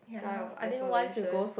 type of isolation